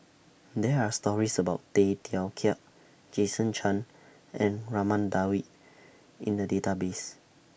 There Are stories about Tay Teow Kiat Jason Chan and Raman Daud in The Database